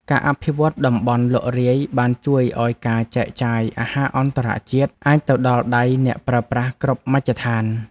ការអភិវឌ្ឍន៍តំបន់លក់រាយបានជួយឱ្យការចែកចាយអាហារអន្តរជាតិអាចទៅដល់ដៃអ្នកប្រើប្រាស់គ្រប់មជ្ឈដ្ឋាន។